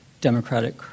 democratic